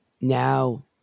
now